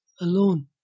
alone